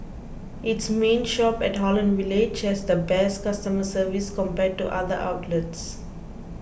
its main shop at Holland Village has the best customer service compared to other outlets